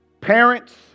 parents